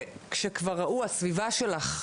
כשכבר ראו הסביבה שלך,